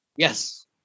Yes